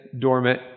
dormant